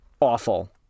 Awful